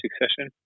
Succession